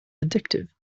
addictive